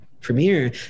premiere